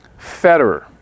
Federer